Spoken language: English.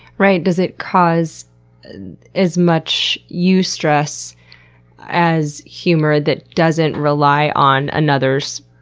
right. does it cause and as much eustress as humor that doesn't rely on another's